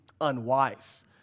unwise